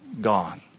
gone